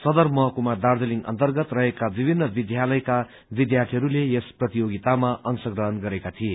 सदर महकुमा दार्जीलिङ अन्तर्गत रहेका विभिन्न विद्यालयका विद्यार्थीहरूले यस प्रतियोगितामा अंश ग्रहण गरेका थिए